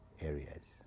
areas